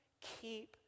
Keep